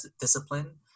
discipline